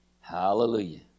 Hallelujah